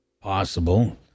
possible